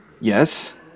Yes